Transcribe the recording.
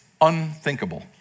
unthinkable